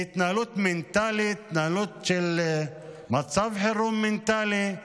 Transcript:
היא התנהלות, מנטלית, התנהלות של מצב חירום מנטלי,